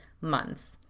months